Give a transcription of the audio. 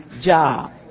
job